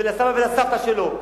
ולסבא ולסבתא שלו,